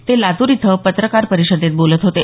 ते लातूर इथं पत्रकार परिषदेत बोलत होते